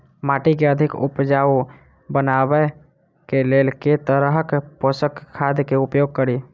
माटि केँ अधिक उपजाउ बनाबय केँ लेल केँ तरहक पोसक खाद केँ उपयोग करि?